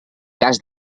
cas